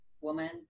woman